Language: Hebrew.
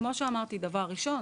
וכמו שאמרתי, דבר ראשון,